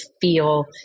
feel